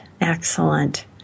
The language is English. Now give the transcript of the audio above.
excellent